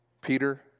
Peter